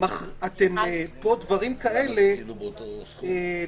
פה דברים כאלה,